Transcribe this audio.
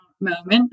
moment